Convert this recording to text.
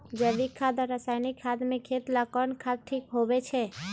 जैविक खाद और रासायनिक खाद में खेत ला कौन खाद ठीक होवैछे?